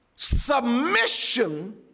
Submission